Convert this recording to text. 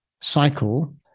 cycle